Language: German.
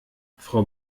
frau